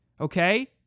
okay